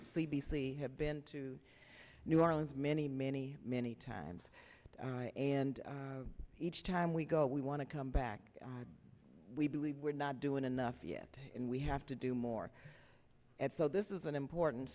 c have been to new orleans many many many times and each time we go we want to come back we believe we're not doing enough yet and we have to do more and so this is an important